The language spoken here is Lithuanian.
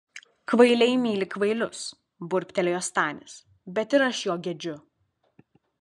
kvailiai myli kvailius burbtelėjo stanis bet ir aš jo gedžiu